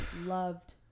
loved